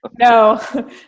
No